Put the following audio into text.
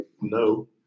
no